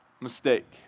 Mistake